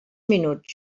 minuts